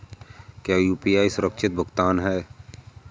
क्या यू.पी.आई सुरक्षित भुगतान होता है?